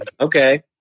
Okay